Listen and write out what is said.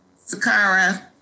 Sakara